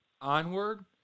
Onward